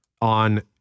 on